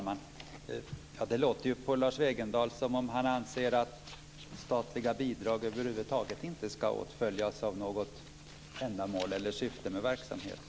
Herr talman! Det låter på Lars Wegendal som om han anser att statliga bidrag över huvud taget inte ska åtföljas av något ändamål eller syfte med verksamheten.